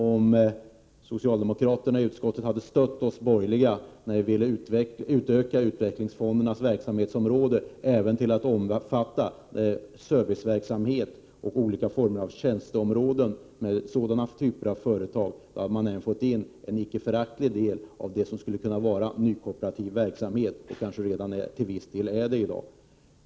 Om socialdemokraterna i utskottet hade stött oss borgerliga när vi ville utöka utvecklingsfondernas verksamhetsområde till att omfatta även företag med serviceverksamhet och olika former av tjänster, hade man fått in en icke föraktlig del av det som kan vara nykooperativ verksamhet, och kanske redan till viss del är det i dag.